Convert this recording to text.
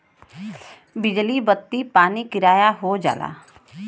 बिजली बत्ती पानी किराया हो जाला